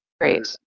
Great